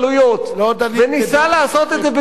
וניסה לעשות את זה בצורה אלגנטית.